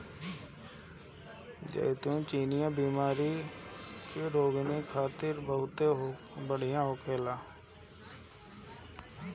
जैतून चिनिया बीमारी के रोगीन खातिर बहुते बढ़िया होखेला